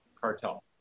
cartel